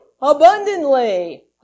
abundantly